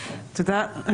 תודה.